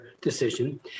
decision